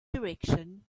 direction